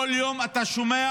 כל יום אתה שומע